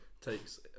takes